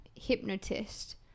hypnotist